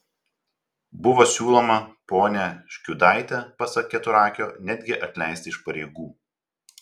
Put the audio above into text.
buvo siūloma ponią škiudaitę pasak keturakio netgi atleisti iš pareigų